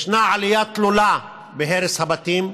ישנה עלייה תלולה בהרס הבתים.